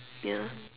ya